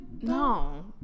No